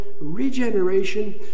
regeneration